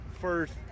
first